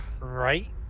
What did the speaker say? Right